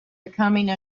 becoming